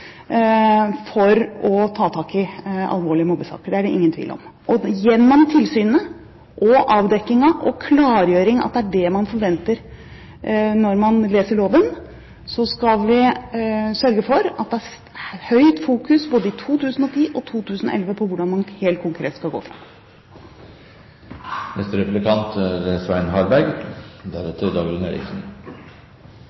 for å ta tak i alvorlige mobbesaker. Det er det ingen tvil om. Gjennom tilsynet, avdekkingen og klargjøringen, at det er det man forventer når man leser loven, skal vi sørge for at det er høyt fokus både i 2010 og 2011 på hvordan man helt konkret skal gå fram. Det blir oppfølging på samme tema. Det er